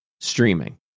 streaming